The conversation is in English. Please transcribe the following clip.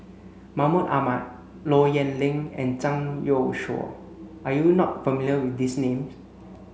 Mahmud Ahmad Low Yen Ling and Zhang Youshuo are you not familiar with these name